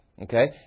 Okay